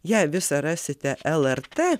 ją visą rasite lrt